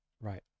right